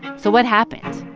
so what happened?